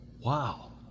wow